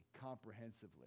comprehensively